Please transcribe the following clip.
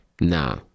Nah